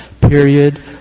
Period